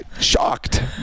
shocked